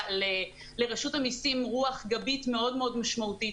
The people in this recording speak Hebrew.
לרשות המסים רוח גבית מאוד מאוד משמעותית,